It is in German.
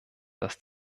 dass